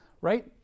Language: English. right